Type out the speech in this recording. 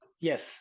Yes